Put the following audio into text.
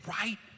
right